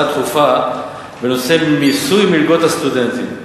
דחופה בנושא מיסוי מלגות הסטודנטים.